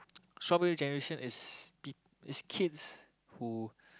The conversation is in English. strawberry generations is people is be kids who